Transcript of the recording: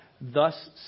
thus